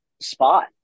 spot